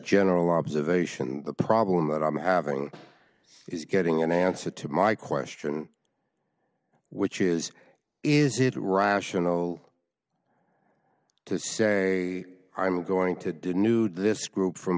general observation the problem that i'm having is getting an answer to my question which is is it a rational to say i'm going to do new to this group from